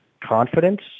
confidence